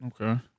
Okay